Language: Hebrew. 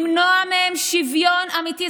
למנוע מהם שוויון אמיתי.